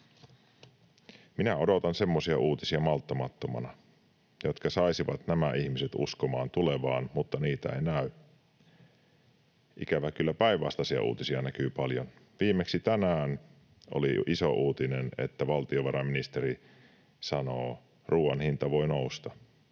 malttamattomana semmoisia uutisia, jotka saisivat nämä ihmiset uskomaan tulevaan, mutta niitä ei näy. Ikävä kyllä päinvastaisia uutisia näkyy paljon. Viimeksi tänään oli jo iso uutinen, että valtiovarainministeri sanoo, että ruuan hinta voi nousta,